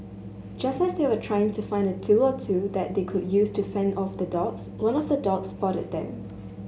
just as they were trying to find a tool or two that they could use to fend off the dogs one of the dogs spotted them